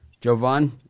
Jovan